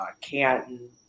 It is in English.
Canton